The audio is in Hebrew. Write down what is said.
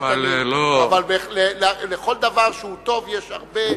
לכל דבר שהוא טוב יש הרבה,